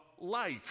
life